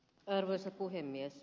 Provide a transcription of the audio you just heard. arvoisa puhemies